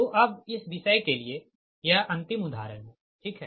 तो अब इस विषय के लिए यह अंतिम उदाहरण है ठीक है